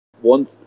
one